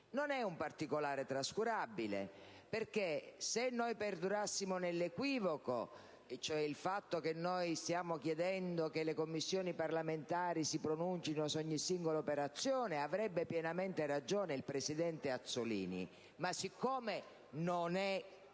Non è un particolare trascurabile, perché, se si perdurasse in questo equivoco, cioè il fatto che staremmo chiedendo che le Commissioni parlamentari si pronuncino su ogni singola operazione, avrebbe pienamente ragione il presidente Azzollini, ma siccome non è così,